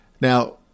Now